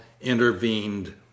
intervened